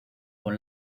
con